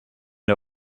der